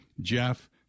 Jeff